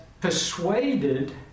persuaded